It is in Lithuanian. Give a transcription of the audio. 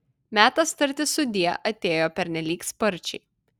metas tarti sudie atėjo pernelyg sparčiai